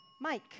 Mike